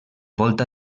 volta